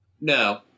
No